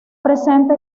presente